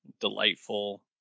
delightful